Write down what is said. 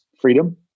freedom